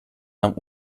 nam